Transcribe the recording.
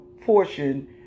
portion